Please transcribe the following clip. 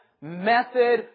method